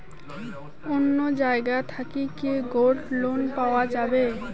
অন্য জায়গা থাকি কি গোল্ড লোন পাওয়া যাবে?